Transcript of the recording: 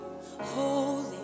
holy